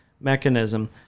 mechanism